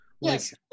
yes